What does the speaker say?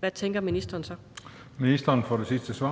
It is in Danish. hvad tænker ministeren så? Kl. 15:46 Den fg.